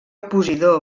posidó